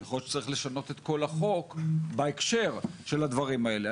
יכול להיות שצריך לשנות את כל החוק בהקשר של הדברים האלה.